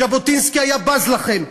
ז'בוטינסקי היה בז לכם.